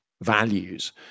values